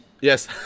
Yes